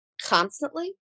constantly